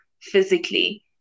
physically